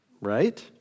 right